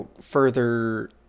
further